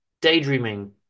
daydreaming